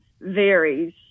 varies